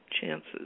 chances